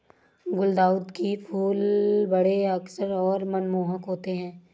गुलदाउदी के फूल बड़े आकर्षक और मनमोहक होते हैं